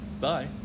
Bye